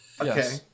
Okay